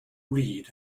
read